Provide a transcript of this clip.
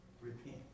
repent